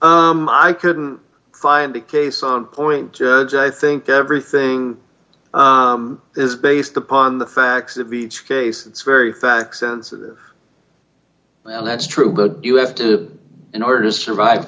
i couldn't find a case on point judge i think everything is based upon the facts of each case it's very fact sensitive and that's true but you have to in order to survive